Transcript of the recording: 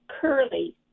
curly